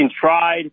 tried